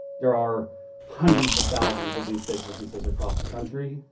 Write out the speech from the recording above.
there are hundreds of thousands of these fake businesses across the country.